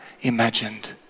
imagined